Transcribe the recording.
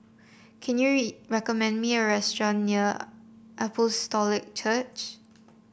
can you recommend me a restaurant near Apostolic Church